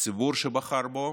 לציבור שבחר בו